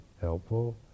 helpful